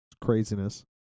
Craziness